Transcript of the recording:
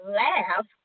laugh